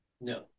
No